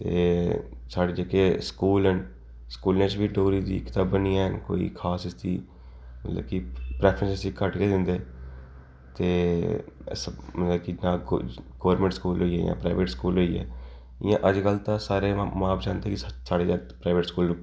एह् साढ़े जेह्के स्कूल न स्कूलें च बी डोगरी दियां कताबां निं हैन कोई खास इस चीज़ दी मतलब की प्रेफरेंस बी घट्ट गै दिंदे न ते ऐसा मतलब की इ'यां गौरमेंट स्कूल होइये जां प्राइवेट स्कूल होइये इ'यां अज्जकल ते सारे मां ब'ब्ब चाह्न्दे की साढ़े जागत् प्राइवेट स्कूल